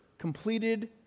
completed